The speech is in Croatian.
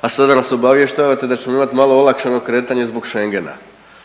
a sada nas obavještavate da ćemo imati malo olakšano kretanje zbog Schengena.